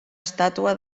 estàtua